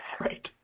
Right